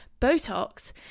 Botox